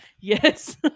Yes